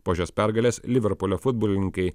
po šios pergalės liverpulio futbolininkai